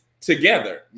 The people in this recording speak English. together